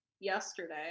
yesterday